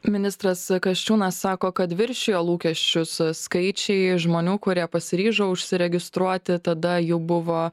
ministras kasčiūnas sako kad viršijo lūkesčius skaičiai žmonių kurie pasiryžo užsiregistruoti tada jų buvo